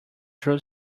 drew